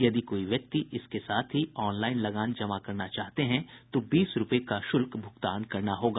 यदि कोई व्यक्ति इसके साथ ही ऑनलाइन लगान जमा करना चाहते हैं तो बीस रूपये का शुल्क भुगतान करना होगा